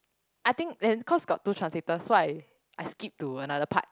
I think then cause got two translator so I I skip to another part